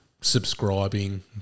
subscribing